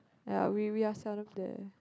ya we we are seldom there